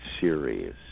series